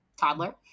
toddler